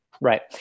Right